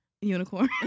Unicorn